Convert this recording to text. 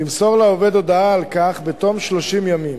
למסור לעובד הודעה על כך בתוך 30 ימים.